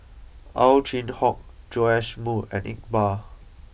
Ow Chin Hock Joash Moo and Iqbal